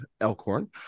Elkhorn